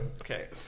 Okay